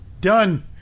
done